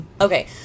Okay